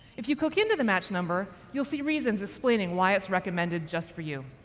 if you click into the match number, you'll see reasons explaining why it's recommended just for you.